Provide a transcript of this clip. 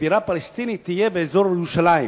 שבירה פלסטינית תהיה באזור ירושלים,